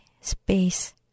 space